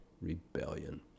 rebellion